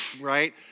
right